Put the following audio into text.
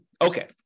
Okay